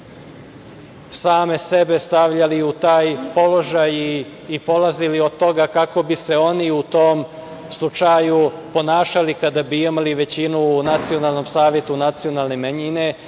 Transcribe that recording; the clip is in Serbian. same sebe stavljali u taj položaj i polazili od toga kako bi se oni u tom slučaju ponašali kada bi imali većinu u Nacionalnom savetu nacionalne manjine,